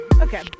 Okay